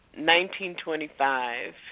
1925